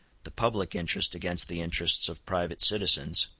the public interest against the interests of private citizens,